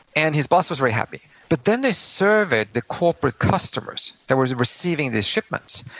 and his boss was very happy but then they surveyed the corporate customers that were receiving these shipments,